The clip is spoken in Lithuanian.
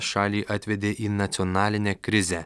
šalį atvedė į nacionalinę krizę